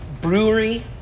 brewery